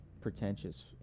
pretentious